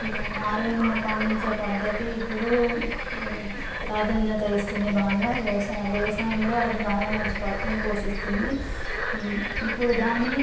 నారును పండించే పద్ధతి ఇప్పుడు ప్రాధాన్యత ఇస్తుంది బాగా వ్యవసా వ్యవసాయంలో అది బాగా మంచి పాత్రను పోషిస్తుంది ఇప్పుడు దాన్ని